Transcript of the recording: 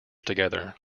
together